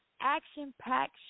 action-packed